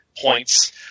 points